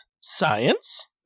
Science